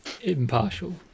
Impartial